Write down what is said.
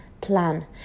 plan